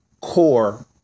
core